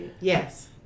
Yes